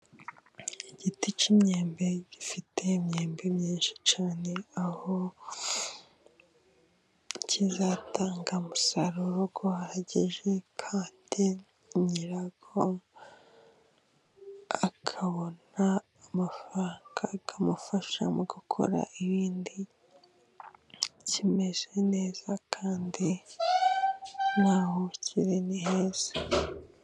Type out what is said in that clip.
Igiti cy'imyembe gifite imyembe myinshi cyane aho kizatanga umusaruro uhagije, kandi nyirawo akabona amafaranga akamufasha mu gukora ibindi ,kimeze neza kandi n'aho kiri ni heza.